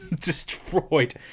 destroyed